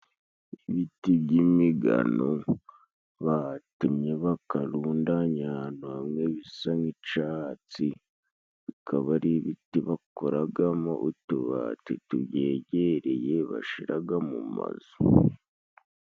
Ibiti by'imigano batemye bakarundanya ahantu hamwe bisa nk'icatsi, kabari ibiti bakoragamo utubati tubyegereye bashiraga mu mazu.